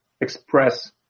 express